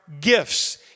gifts